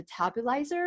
metabolizer